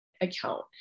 account